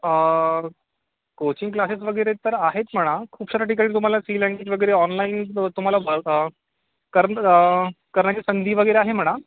coaching classes वगैरे तर आहेत म्हणा खूप साऱ्या ठिकाणी तुम्हाला सी लँग्वेज वगैरे ऑनलाईन तुम्हाला कारण करण्याची संधी वगैरे आहे म्हणा